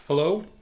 Hello